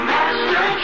Master